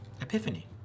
Epiphany